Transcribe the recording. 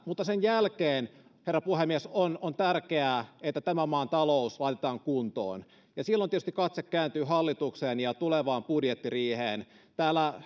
mutta sen jälkeen herra puhemies on on tärkeää että tämän maan talous laitetaan kuntoon ja silloin tietysti katse kääntyy hallitukseen ja tulevaan budjettiriiheen täällä